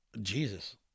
Jesus